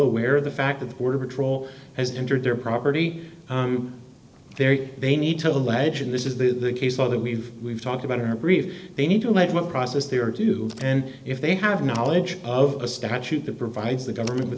aware of the fact that the border patrol has entered their property very they need to allege and this is the case law that we've we've talked about her brief they need to have what process they are to do and if they have knowledge of a statute that provides the government with